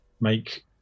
make